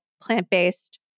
plant-based